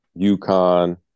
UConn